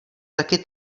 taky